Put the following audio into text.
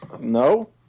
No